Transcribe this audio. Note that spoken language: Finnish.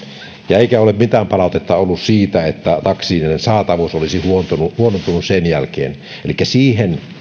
eikä ole mitään palautetta ollut siitä että taksien saatavuus olisi huonontunut huonontunut sen jälkeen elikkä siihen